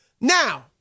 Now